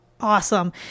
awesome